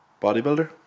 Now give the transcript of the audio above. Bodybuilder